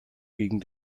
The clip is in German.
gegen